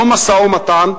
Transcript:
לא משא-ומתן.